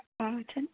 हां अच्छा